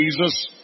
Jesus